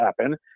happen